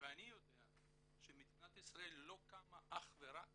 ואני יודע שמדינת ישראל לא קמה אך ורק